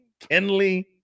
Kenley